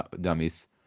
dummies